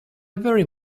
very